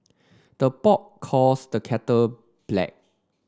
the pot calls the kettle black